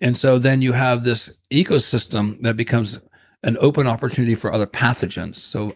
and so then you have this ecosystem that becomes an open opportunity for other pathogens. so